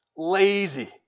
lazy